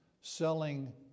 selling